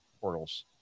portals